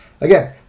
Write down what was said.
Again